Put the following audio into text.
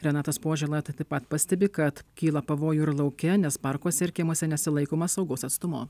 renatas požėla tai taip pat pastebi kad kyla pavojų ir lauke nes parkuose ir kiemuose nesilaikoma saugaus atstumo